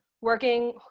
working